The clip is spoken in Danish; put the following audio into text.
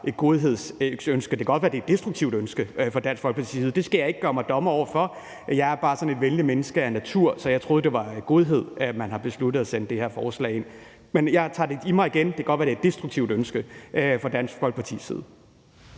et godhedsønske, og det kan godt være, det er et destruktivt ønske fra Dansk Folkepartis side, men det skal jeg ikke gøre mig til dommer over. Jeg er bare sådan et venligt menneske af natur, så jeg troede, det var af godhed, at man har besluttet at fremsætte det her forslag, men jeg tager det i mig igen. Det kan godt være, at det er et destruktivt ønske fra Dansk Folkepartis